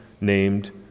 named